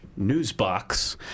Newsbox